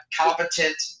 competent